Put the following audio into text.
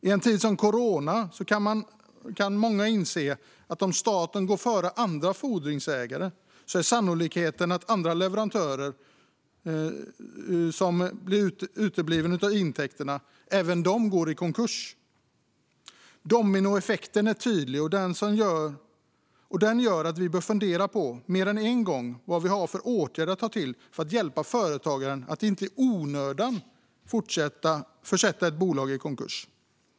I en tid som nu med corona kan många inse att om staten går före andra fordringsägare är sannolikheten stor att andra leverantörer som får utebliven intäkt även de går i konkurs. Dominoeffekten är tydlig. Den gör att vi bör fundera på mer än en gång vad vi har för åtgärder att ta till för att hjälpa företagaren att inte i onödan försätta ett bolag i konkurs.